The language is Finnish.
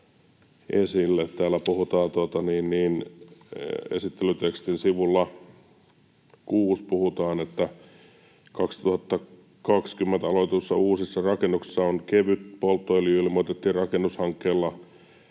esittelytekstin sivulla 6 puhutaan, että 2020 aloitetuissa uusissa rakennuksissa kevyt polttoöljy ilmoitettiin rakennushankkeissa